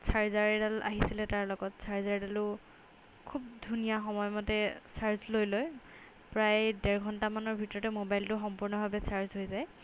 চাৰ্জাৰডাল আহিছিলে তাৰ লগত চাৰ্জাৰডালো খুব ধুনীয়া সময়মতে চাৰ্জ লৈ লয় প্ৰায় ডেৰ ঘণ্টামানৰ ভিতৰতে মোবাইলটো সম্পূৰ্ণভাৱে চাৰ্জ হৈ যায়